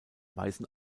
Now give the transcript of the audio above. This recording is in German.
weisen